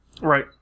right